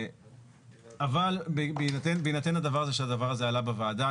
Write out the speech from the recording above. אבל בהינתן שהדבר הזה עלה בוועדה,